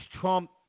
Trump